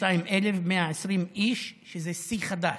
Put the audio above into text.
72,120 איש, שזה שיא חדש,